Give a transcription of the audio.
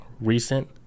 recent